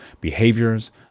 behaviors